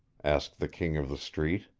asked the king of the street.